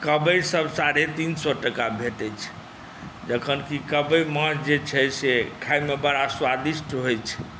कबइसभ साढ़े तीन सए टाका भेटैत छै जखन कि कबइ माछ जे छै से खायमे बड़ा स्वादिष्ट होइत छै